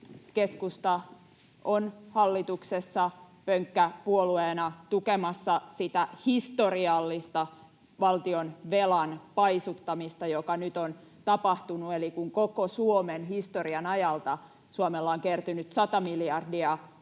keskusta on hallituksessa pönkkäpuolueena tukemassa sitä historiallista valtionvelan paisuttamista, joka nyt on tapahtunut. Eli kun koko Suomen historian ajalta Suomelle on kertynyt 100 miljardia velkaa